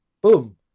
boom